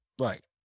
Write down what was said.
Right